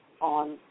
on